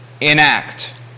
enact